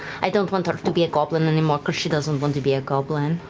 i don't want her to be a goblin anymore, because she doesn't want to be a goblin,